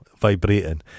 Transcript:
vibrating